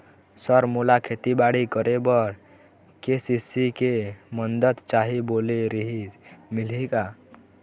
Sir मोला खेतीबाड़ी करेबर के.सी.सी के मंदत चाही बोले रीहिस मिलही का?